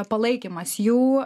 palaikymas jų